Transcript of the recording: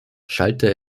schallte